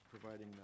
providing